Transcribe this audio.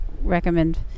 recommend